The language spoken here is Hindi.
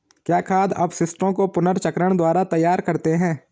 क्या खाद अपशिष्टों को पुनर्चक्रण द्वारा तैयार करते हैं?